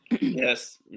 yes